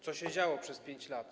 Co się działo przez 5 lat?